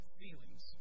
feelings